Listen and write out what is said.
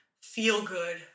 feel-good